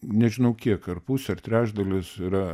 nežinau kiek ar pusė ar trečdalis yra